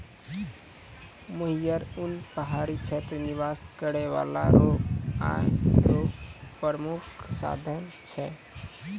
मोहियर उन पहाड़ी क्षेत्र निवास करै बाला रो आय रो प्रामुख साधन छै